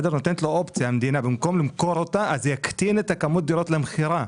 זה יקטין את כמות הדירות למכירה.